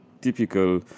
typical